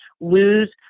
lose